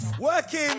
working